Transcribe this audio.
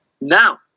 now